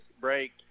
break